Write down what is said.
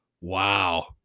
wow